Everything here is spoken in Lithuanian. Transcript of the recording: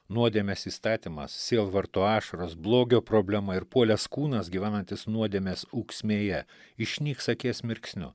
nuodėmės įstatymas sielvarto ašaros blogio problema ir puolęs kūnas gyvenantis nuodėmės ūksmėje išnyks akies mirksniu